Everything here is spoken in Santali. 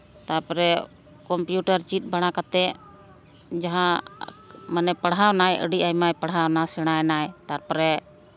ᱛᱟᱨᱯᱚᱨᱮ ᱠᱚᱢᱯᱤᱭᱩᱴᱟᱨ ᱪᱮᱫ ᱵᱟᱲᱟ ᱠᱟᱛᱮᱫ ᱡᱟᱦᱟᱸ ᱢᱟᱱᱮ ᱯᱟᱲᱦᱟᱣᱱᱟᱭ ᱟᱹᱰᱤ ᱟᱭᱢᱟ ᱯᱟᱲᱦᱟᱣ ᱱᱟᱭ ᱥᱮᱬᱟᱭ ᱱᱟᱭ ᱛᱟᱨᱯᱚᱨᱮ